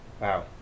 wow